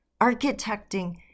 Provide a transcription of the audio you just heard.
Architecting